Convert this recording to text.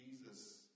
Jesus